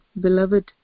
beloved